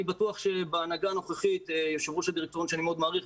אני בטוח שבהנהגה הנוכחית יו"ר הדירקטוריון שאני מאוד מעריך,